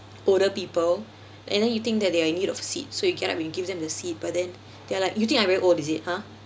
older people and then you think that they are in need of seats so you get up and you give them the seat but then they're like you think I'm very old is it !huh!